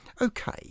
Okay